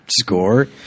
score